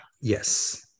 Yes